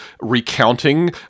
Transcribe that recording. recounting